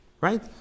Right